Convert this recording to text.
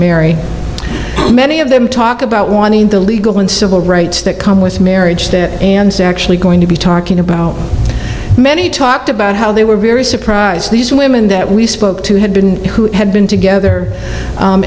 marry many of them talk about wanting the legal and civil rights that come with marriage they're actually going to be talking about many talked about how they were very surprised these women that we spoke to had been who had been together